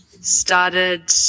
started –